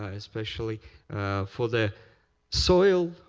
ah especially for the soil,